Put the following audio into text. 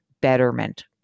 Betterment